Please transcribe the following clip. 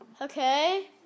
Okay